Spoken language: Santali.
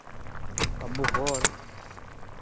ᱟᱵᱚ ᱦᱚᱲ